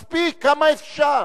מספיק, כמה אפשר.